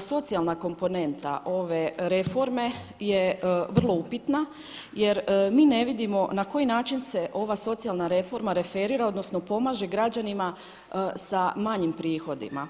socijalna komponenta ove reforme je vrlo upitna jer mi ne vidimo na koji način se ova socijalna reforma referira odnosno pomaže građanima sa manjim prihodima.